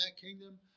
kingdom